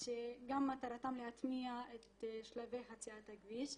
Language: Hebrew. שמטרתן להטמיע את שלבי חציית הכביש.